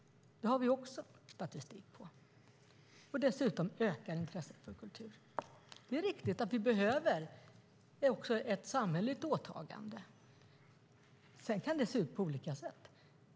Det har vi också statistik på. Dessutom ökar intresset för kultur. Det är riktigt att vi också behöver ett samhälleligt åtagande. Det kan se ut på olika sätt.